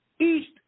east